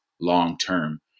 long-term